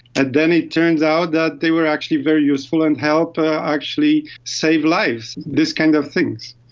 and then it turns out that they were actually very useful and help actually save lives, these kind of things.